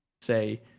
say